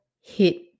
hit